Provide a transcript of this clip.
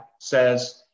says